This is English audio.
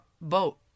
boat